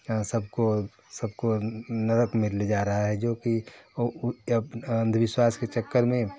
हाँ सबको सबको नरक में ले जा रहा है जो की अंधविश्वास के चक्कर में